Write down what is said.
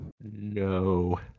No